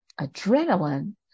adrenaline